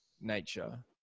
nature